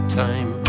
time